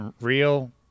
real